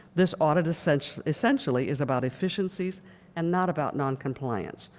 this audit essentially essentially is about efficiencies and not about noncompliance.